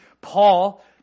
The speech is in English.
Paul